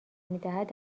میدهد